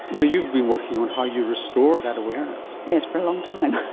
you know you've been working on how you restore that awareness. yes, for a long time.